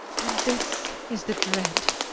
then this is the dread!